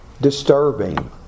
disturbing